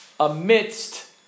amidst